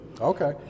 Okay